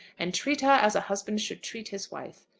and treat her as a husband should treat his wife.